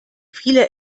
viele